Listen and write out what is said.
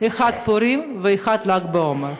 אחד פורים ואחד ל"ג בעומר?